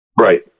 Right